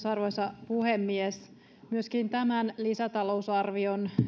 arvoisa puhemies myöskin tämän lisätalousarvion